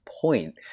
point